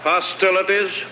hostilities